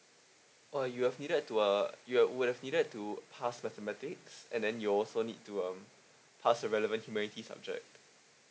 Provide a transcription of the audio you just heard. oh you'd have needed to uh you have would have needed to pass mathematics and then you also need to um pass the relevant humility subject